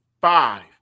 Five